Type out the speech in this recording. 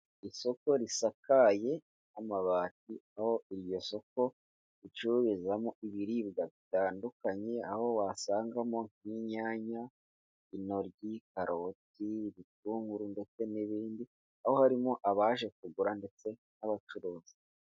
Isoko risakaye n'amabati aho iryo soko ricururizamo ibiribwa bitandukanye, aho wasangamo nk'inyanya, intoryi, karoti, ibitunguru ndetse n'ibindi. Aho harimo abaje kugura ndetse n'abacuruzi.